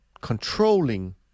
controlling